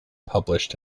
published